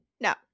no